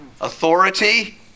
Authority